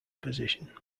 position